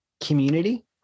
community